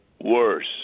worse